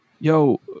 yo